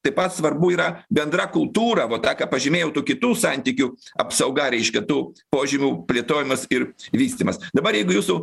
taip pat svarbu yra bendra kultūra vo tą ką pažymėjau tų kitų santykių apsauga reiškia tų požymių plėtojimas ir vystymas dabar jeigu jūsų